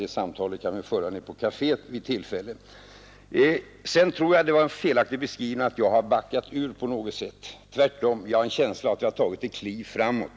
Det samtalet kan vi föra nere på kaféet vid tillfälle. Jag tror att det var en felaktig beskrivning att jag skulle ha backat ut på något sätt. Tvärtom har jag en känsla av att jag har tagit ett kliv framåt.